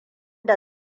da